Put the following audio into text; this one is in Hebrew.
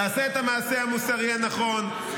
תעשה את המעשה המוסרי הנכון,